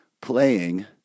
playing